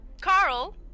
carl